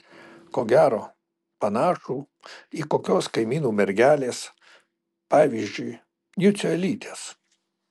ko gero panašų į kokios kaimynų mergelės pavyzdžiui jucio elytės